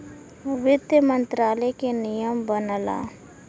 वित्त मंत्रालय के नियम मनला